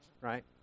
right